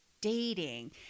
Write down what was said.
dating